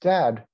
Dad